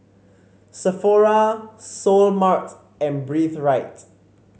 Sephora Seoul Mart and Breathe Right